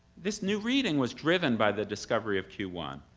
this new reading was driven by the discovery of q one,